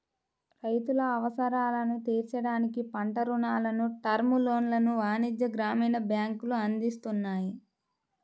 రైతుల అవసరాలను తీర్చడానికి పంట రుణాలను, టర్మ్ లోన్లను వాణిజ్య, గ్రామీణ బ్యాంకులు అందిస్తున్నాయి